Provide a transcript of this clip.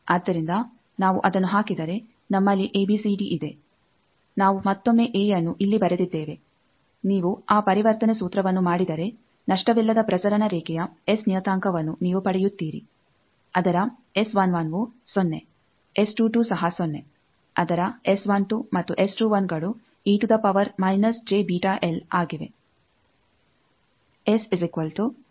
ಆದ್ದರಿಂದ ನಾವು ಅದನ್ನು ಹಾಕಿದರೆ ನಮ್ಮಲ್ಲಿ ಎಬಿಸಿಡಿ ಇದೆ ನಾವು ಮತ್ತೊಮ್ಮೆ ಎಯನ್ನು ಇಲ್ಲಿ ಬರೆದಿದ್ದೇವೆ ನೀವು ಆ ಪರಿವರ್ತನೆ ಸೂತ್ರವನ್ನು ಮಾಡಿದರೆ ನಷ್ಟವಿಲ್ಲದ ಪ್ರಸರಣ ರೇಖೆಯ ಎಸ್ ನಿಯತಾಂಕವನ್ನು ನೀವು ಪಡೆಯುತ್ತೀರಿ ಅದರ ವು ಸೊನ್ನೆ ಸಹ ಸೊನ್ನೆ ಅದರ ಮತ್ತು ಗಳು ಆಗಿವೆ